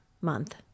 month